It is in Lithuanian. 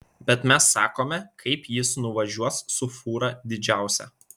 bet mes sakome kaip jis nuvažiuos su fūra didžiausia